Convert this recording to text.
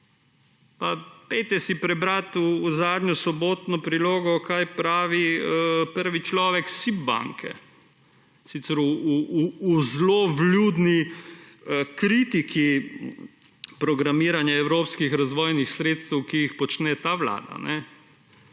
pa pojdite si prebrati v zadnjo Sobotno prilogo kaj pravi prvi človek SID banke, sicer v zelo vljudni kritiki programiranja evropskih razvojnih sredstev, ki jih počne ta vlada